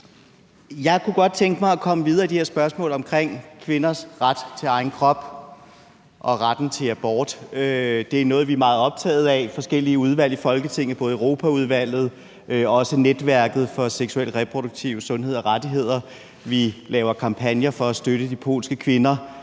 Jeg kunne godt tænke mig at komme videre i de her spørgsmål om kvinders ret til egen krop og retten til abort. Det er noget, vi er meget optaget af i forskellige udvalg i Folketinget, både i Europaudvalget og også Folketingets Tværpolitiske Netværk for Seksuel og Reproduktiv Sundhed og Rettigheder. Vi laver kampagner for at støtte de polske kvinder